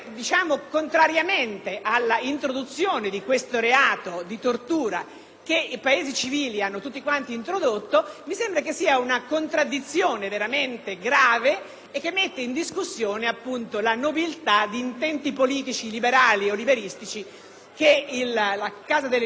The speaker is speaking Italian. i Paesi civili hanno introdotto, mi sembra sia una contraddizione veramente grave, che mette in discussione la nobiltà di intenti politici liberali o liberistici che il Popolo della Libertà o il centrodestra stanno contrabbandando nel Paese. Volete uno Stato liberale